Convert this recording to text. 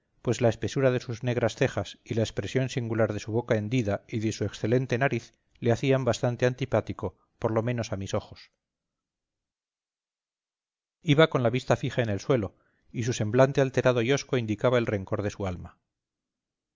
pues la espesura de sus negras cejas y la expresión singular de su boca hendida y de su excelente nariz le hacían bastante antipático por lo menos a mis ojos iba con la vista fija en el suelo y su semblante alterado y hosco indicaba el rencor de su alma